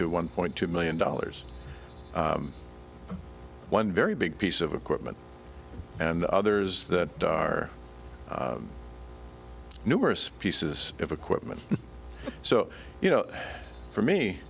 to one point two million dollars one very big piece of equipment and others that are numerous pieces of equipment so you know for me